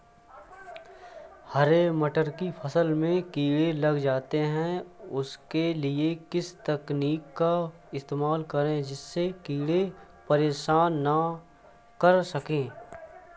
हरे मटर की फसल में कीड़े लग जाते हैं उसके लिए किस तकनीक का इस्तेमाल करें जिससे कीड़े परेशान ना कर सके?